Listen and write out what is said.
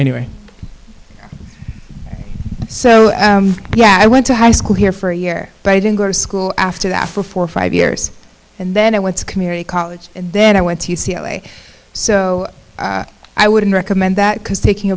anyway so yeah i went to high school here for a year but i didn't go to school after that for four or five years and then i went to community college then i went to u c l a so i wouldn't recommend that because taking